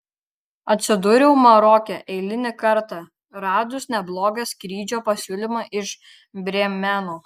atsidūriau maroke eilinį kartą radus neblogą skrydžio pasiūlymą iš brėmeno